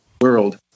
world